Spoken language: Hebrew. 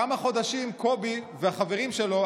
כמה חודשים קובי והחברים שלו,